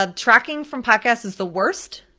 um tracking from podcasts is the worst,